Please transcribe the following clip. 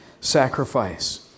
sacrifice